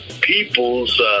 people's